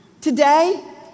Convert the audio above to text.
today